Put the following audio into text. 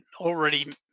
already